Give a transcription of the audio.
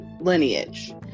lineage